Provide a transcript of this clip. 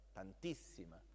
tantissima